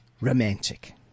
romantic